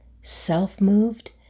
self-moved